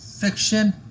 fiction